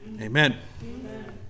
amen